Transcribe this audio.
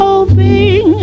Hoping